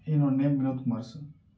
என்னோடய name Vinodkumar sir